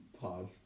Pause